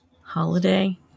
holiday